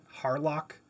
Harlock